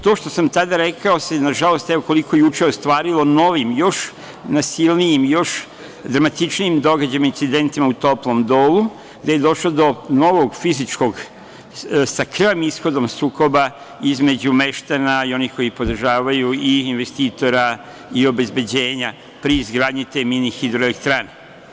To što sam tada rekao se, na žalost, koliko juče ostvarilo novim, još nasilnijim, još dramatičnijim događajima, incidentima u Toplom Dolu, gde je došlo do novog fizičkog, sa krvavim ishodom, sukoba između meštana i onih koji ih podržavaju i investitora i obezbeđenja pri izgradnji te mini hidroelektrane.